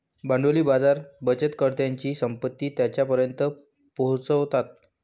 भांडवली बाजार बचतकर्त्यांची संपत्ती त्यांच्यापर्यंत पोहोचवतात